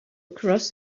across